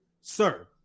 sir